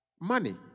money